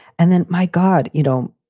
and then, my god, you know,